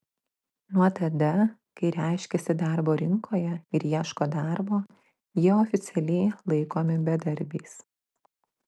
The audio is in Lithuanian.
nuo tada kai reiškiasi darbo rinkoje ir ieško darbo jie oficialiai laikomi bedarbiais